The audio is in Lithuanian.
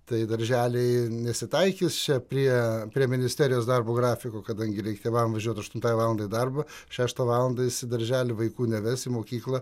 tai darželiai nesitaikys čia prie prie ministerijos darbo grafiko kadangi reikia valandą važiuoti aštuntai valandai į darbą šeštą valandą esi daržely vaikų neves į mokyklą